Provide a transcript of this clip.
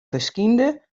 ferskynde